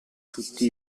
tutti